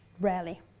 rarely